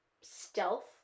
stealth